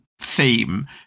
theme